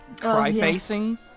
cry-facing